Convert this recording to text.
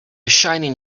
shining